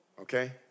Okay